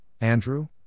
Andrew